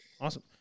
Awesome